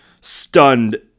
stunned